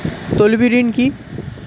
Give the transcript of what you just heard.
তলবি ঋন কি?